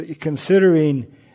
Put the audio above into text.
considering